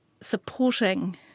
supporting